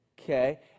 Okay